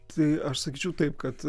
tai aš sakyčiau taip kad